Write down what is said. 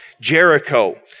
Jericho